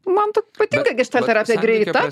man tok patinka geštaterapija greita